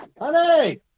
Honey